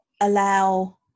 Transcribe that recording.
allow